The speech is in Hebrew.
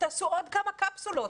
תעשו עוד כמה קפסולות.